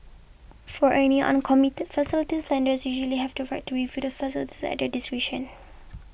for any uncommitted facilities lenders usually have the right to review the facilities at their discretion